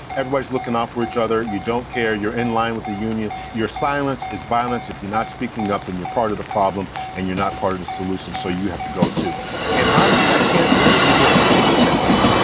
everybody's looking out for each other. you don't care. you're in line with the union your silence is violence. if you're not speaking up in your part of the problem and you're not part of the solution. so you have to go to and honestly, i can't blame people for thinking that way.